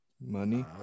Money